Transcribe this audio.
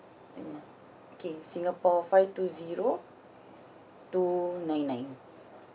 mm okay singapore five two zero two nine nine